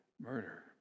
murder